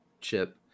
chip